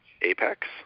Apex